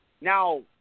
Now